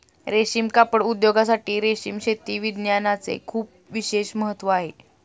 रेशीम कापड उद्योगासाठी रेशीम शेती विज्ञानाचे खूप विशेष महत्त्व आहे